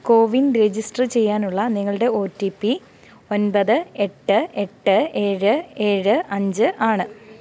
CoWIN register ചെയ്യാനുള്ള നിങ്ങളുടെ O T P ഒൻപത് എട്ട് എട്ട് ഏഴ് ഏഴ് അഞ്ച് ആണ്